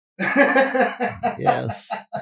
Yes